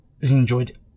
enjoyed